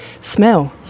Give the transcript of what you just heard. smell